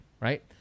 right